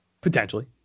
Potentially